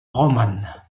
romane